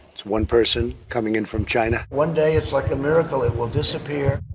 it's one person coming in from china. one day it's like a miracle, it will disappear.